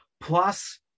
plus